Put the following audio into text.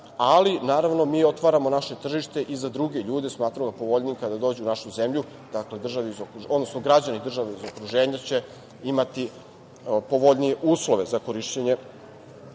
ali naravno mi otvaramo naše tržište i za druge ljude smatramo povoljnijim kada dođu u našu zemlju, odnosno građani država iz okruženja će imati povoljnije uslove za korišćenje